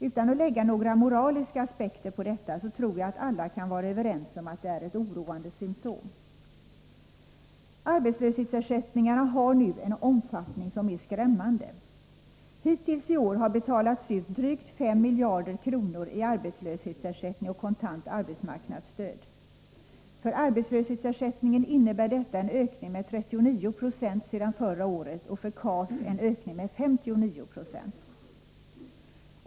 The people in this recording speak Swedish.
Utan att lägga några moraliska aspekter på detta tror jag att alla kan vara överens om att det är ett oroande symptom. Arbetslöshetsersättningarna har nu en omfattning som är skrämmande. Hittills i år har betalats ut drygt 5 miljarder kronor i arbetslöshetsersättning och kontakt arbetsmarknadsstöd. För arbetslöshetsersättningen innebär detta en ökning med 39 26 sedan förra året och för KAS en ökning med 59 9.